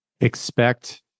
expect